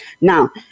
now